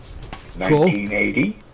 1980